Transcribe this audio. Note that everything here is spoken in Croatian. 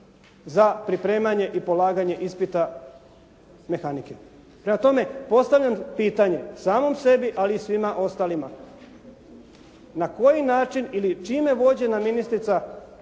za pripremanje i polaganje ispita mehanike. Prema tome, postavljam pitanje samom sebi ali i svima ostalima, na koji način ili čime vođena ministrica